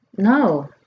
No